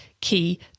key